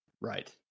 right